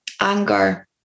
anger